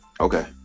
okay